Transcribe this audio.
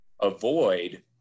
avoid